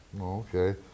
Okay